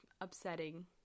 upsetting